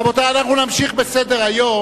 רבותי, אנחנו נמשיך בסדר-היום